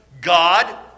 God